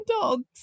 dogs